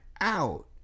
out